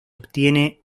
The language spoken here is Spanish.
obtiene